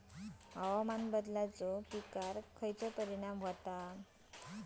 हवामान बदलाचो पिकावर खयचो परिणाम होता?